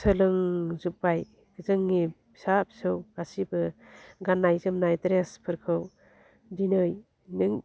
सोलों जोब्बाय जोंनि फिसा फिसौ गासिब्बो गान्नाय जोमनाय ड्रेसफोरखौ दिनै नों